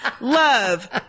Love